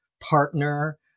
partner